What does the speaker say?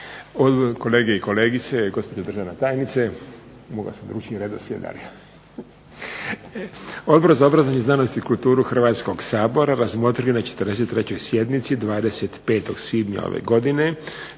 kolege i kolegice, gospođo državna tajnice. Odbor za obrazovanje, znanost i kulturu Hrvatskog sabora razmotrio je na 43. sjednici 25. svibnja ove godine